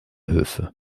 höfe